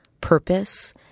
purpose